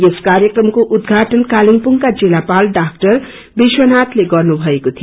यस कार्यक्रमको उद्धाटन कालुवुङका जिल्लापाल डा विश्वनाथले गर्नुभएको थियो